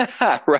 Right